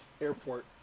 airport